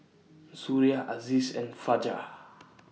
Suria Aziz and Fajar